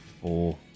Four